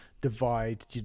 divide